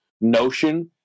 notion